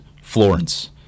Florence